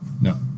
No